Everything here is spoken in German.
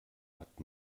hat